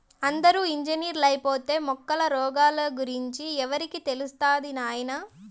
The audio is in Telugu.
అందరూ ఇంజనీర్లైపోతే మొక్కల రోగాల గురించి ఎవరికి తెలుస్తది నాయనా